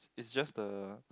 is just the